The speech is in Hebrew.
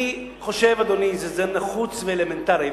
אני חושב, אדוני, שזה נחוץ ואלמנטרי.